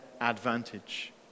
advantage